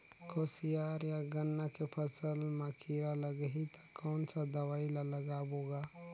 कोशियार या गन्ना के फसल मा कीरा लगही ता कौन सा दवाई ला लगाबो गा?